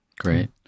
Great